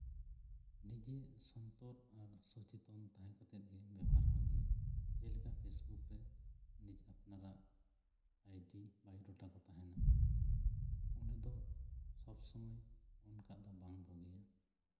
ᱱᱤᱡᱮ ᱥᱚᱱᱛᱚᱨ ᱥᱮᱪᱮᱛᱚᱱ ᱛᱟᱦᱮᱸ ᱠᱟᱛᱮ ᱜᱮ ᱵᱮᱵᱚᱦᱟᱨ ᱵᱷᱟᱜᱮᱭᱟ ᱡᱮᱞᱮᱠᱟ ᱯᱷᱮᱥᱵᱩᱠ ᱨᱮ ᱱᱤᱡᱮ ᱟᱯᱱᱟᱨᱟᱜ ᱟᱭᱰᱤ ᱵᱟᱭᱳ ᱰᱟᱴᱟ ᱠᱚ ᱛᱟᱦᱮᱱᱟ ᱚᱱᱟ ᱫᱚ ᱥᱚᱵ ᱥᱚᱢᱚᱭ ᱚᱱᱠᱟ ᱫᱚ ᱵᱟᱝ ᱵᱩᱜᱤᱭᱟ